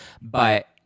but-